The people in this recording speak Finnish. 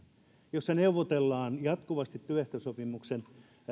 jossa neuvotellaan jatkuvasti työehtosopimuksen